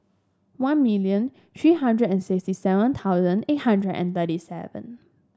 one million three hundred and sixty seven thousand eight hundred and thirty seven